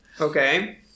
Okay